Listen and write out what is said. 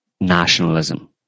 nationalism